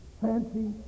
fancy